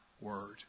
word